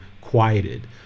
quieted